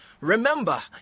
Remember